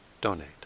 donate